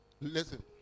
Listen